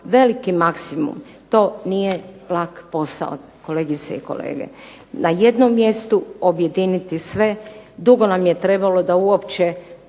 veliki maksimum, to nije lak posao kolegice i kolege. Na jednom mjestu objediniti sve, dugo nam je trebalo da uopće